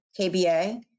KBA